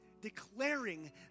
declaring